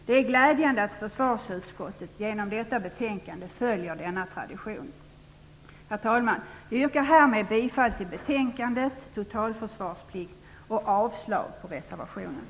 Det är glädjande att försvarsutskottet genom detta betänkande följer denna tradition. Herr talman! Jag yrkar härmed bifall till hemställan i betänkandet Totalförsvarsplikt och avslag på reservationerna.